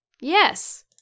Yes